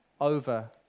over